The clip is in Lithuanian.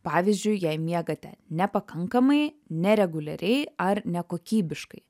pavyzdžiui jei miegate nepakankamai nereguliariai ar nekokybiškai